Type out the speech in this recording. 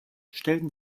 stellten